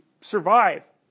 survive